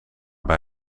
bij